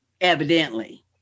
Evidently